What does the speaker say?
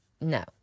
no